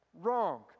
Wrong